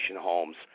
homes